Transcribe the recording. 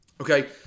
Okay